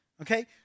Okay